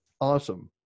awesome